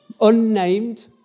unnamed